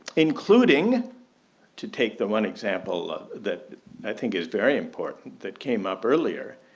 including to take the one example ah that i think is very important that came up earlier.